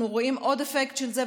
אנחנו רואים עוד אפקט של זה,